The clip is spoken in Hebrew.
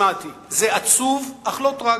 זה עצוב, אך לא טרגי.